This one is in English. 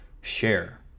share